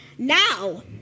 now